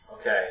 Okay